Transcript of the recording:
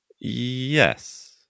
Yes